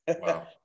Wow